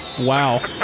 Wow